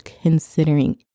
considering